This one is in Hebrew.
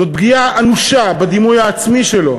זאת פגיעה אנושה בדימוי העצמי שלו,